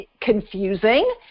confusing